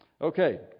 Okay